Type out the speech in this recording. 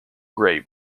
grey